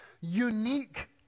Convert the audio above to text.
unique